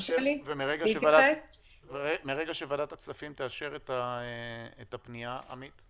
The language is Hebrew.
מרגע שוועדת הכספים תאשר את הפנייה, עמית?